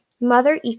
Mother